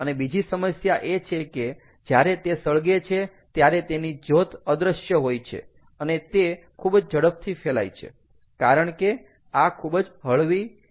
અને બીજી સમસ્યા એ છે કે જ્યારે તે સળગે છે ત્યારે તેની જ્યોત અદ્રશ્ય હોય છે અને તે ખૂબ જ ઝડપથી ફેલાય છે કારણ કે આ ખૂબ જ હળવી છે